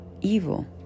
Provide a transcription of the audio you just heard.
evil